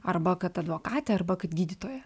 arba kad advokatė arba kad gydytoja